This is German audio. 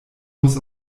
muss